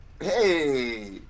hey